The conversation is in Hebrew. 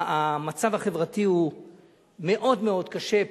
המצב החברתי הוא מאוד מאוד קשה.